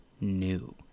new